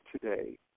today